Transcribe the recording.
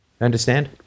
Understand